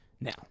Now